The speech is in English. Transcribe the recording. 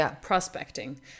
prospecting